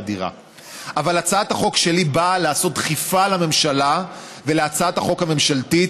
אבל הצעת החוק שלי באה לתת דחיפה לממשלה ולהצעת החוק הממשלתית,